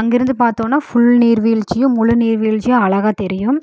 அங்கேருந்து பார்த்தோன்னா ஃபுல் நீர்வீழ்ச்சியும் முழு நீர்வீழ்ச்சியும் அழகா தெரியும்